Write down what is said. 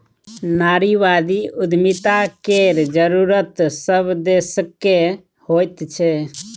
नारीवादी उद्यमिता केर जरूरत सभ देशकेँ होइत छै